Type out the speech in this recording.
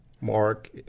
Mark